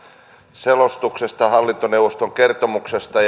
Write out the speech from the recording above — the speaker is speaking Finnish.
selostuksesta hallintoneuvoston kertomuksesta